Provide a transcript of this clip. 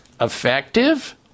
effective